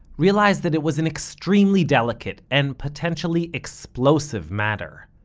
realized that it was an extremely delicate and potentially explosive matter.